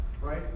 right